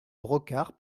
brocard